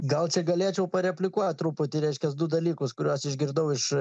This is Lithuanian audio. gal čia galėčiau pareplikuot truputį reiškias du dalykus kuriuos išgirdau iš